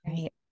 Right